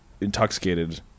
intoxicated